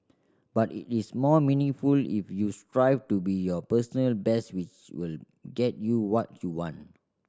but it is more meaningful if you strive to be your personal best which will get you what you want